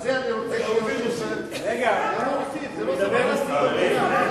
אז זה, אני רוצה, חברים, בואו נעבור